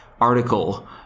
article